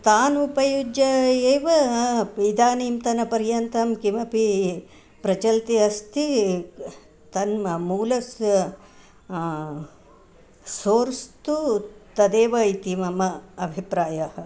तान् उपयुज्य एव अपि इदानीन्तनपर्यन्तं किमपि प्रचलति अस्ति तन्म मूलस्य सोर्स् तु तदेव इति मम अभिप्रायः